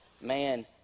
Man